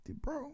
bro